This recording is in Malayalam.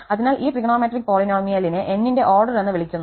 അതിനാൽ ഈ ട്രിഗണോമെട്രിക് പോളിനോമിയലിനെ n ന്റെ ഓർഡർ എന്ന് വിളിക്കുന്നു